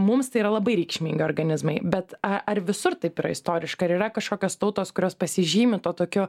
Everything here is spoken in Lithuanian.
mums tai yra labai reikšmingi organizmai bet ar visur taip yra istoriškai ir yra kažkokios tautos kurios pasižymi tuo tokiu